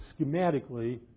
schematically